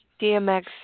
DMX